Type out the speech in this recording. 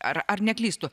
ar ar neklystu